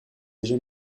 déjà